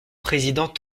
président